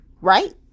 right